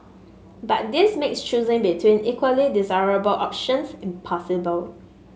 but this makes choosing between equally desirable options impossible